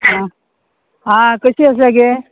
आं आं कशी आसा गे